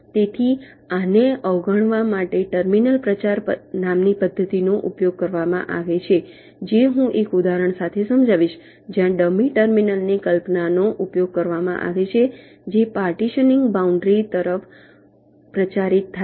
તેથી આને અવગણવા માટે ટર્મિનલ પ્રચાર નામની પદ્ધતિનો ઉપયોગ કરવામાં આવે છે જે હું એક ઉદાહરણ સાથે સમજાવીશ જ્યાં ડમી ટર્મિનલની કલ્પનાનો ઉપયોગ કરવામાં આવે છે જે પાર્ટીશનીંગ બાઉન્ડ્રી તરફ પ્રચારિત થાય છે